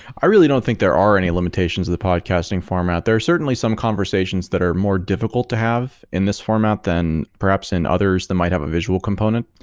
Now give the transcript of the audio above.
i really don't think there are any limitations of the podcasting format. there are certainly some conversations that are more difficult to have in this format than perhaps in others the might have a visual component,